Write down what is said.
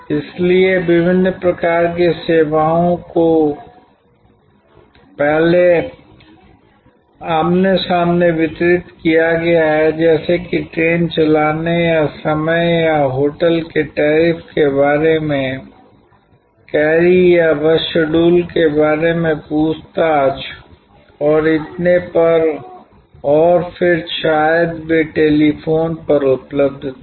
इसलिए विभिन्न प्रकार की सूचना सेवाओं को पहले आमने सामने वितरित किया गया है जैसे कि ट्रेन चलाने का समय या होटल के टैरिफ के बारे में क्वेरी या बस शेड्यूल के बारे में पूछताछ और इतने पर और फिर शायद वे टेलीफोन पर उपलब्ध थे